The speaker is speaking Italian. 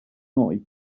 noi